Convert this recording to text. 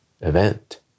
event